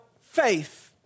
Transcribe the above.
faith